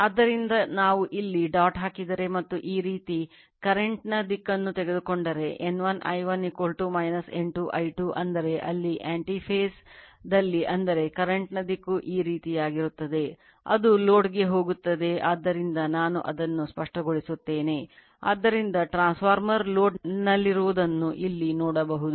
ಆದ್ದರಿಂದ ನಾವು ಇಲ್ಲಿ ಡಾಟ್ ಹಾಕಿದರೆ ಮತ್ತು ಈ ರೀತಿಯ current ನಲ್ಲಿರುವುದನ್ನು ಇಲ್ಲಿ ನೋಡಬಹುದು